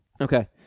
Okay